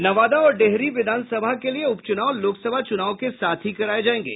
नवादा और डेहरी विधानसभा के लिए उपच्नाव लोकसभा चूनाव के साथ ही कराये जायेंगे